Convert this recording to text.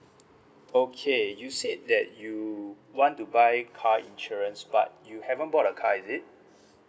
okay you said that you want to buy car insurance but you haven't bought a car is it